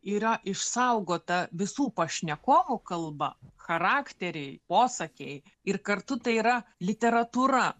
yra išsaugota visų pašnekovų kalba charakteriai posakiai ir kartu tai yra literatūra